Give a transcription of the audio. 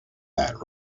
that